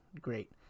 great